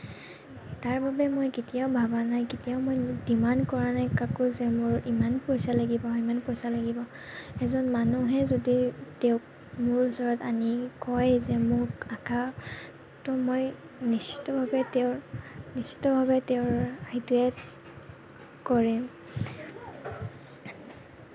তাৰবাবে মই কেতিয়াও ভাবা নাই কেতিয়াও মই ডিমাণ্ড কৰা নাই কাকো যে মোৰ ইমান পইচা লাগিব ইমান পইচা লাগিব এজন মানুহে যদি তেওঁক মোৰ ওচৰত আনি কয় যে মোক অঁকা ত' মই নিশ্চিতভাৱে তেওঁৰ নিশ্চিতভাৱে তেওঁৰ সেইটোৱে কৰিম